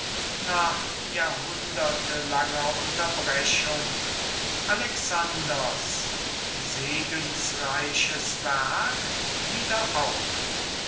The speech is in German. nach jahrhundertelanger unterbrechung alexanders segensreiches werk wieder auf